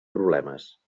problemes